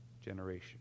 generation